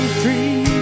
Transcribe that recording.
free